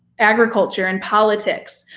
agriculture and politics.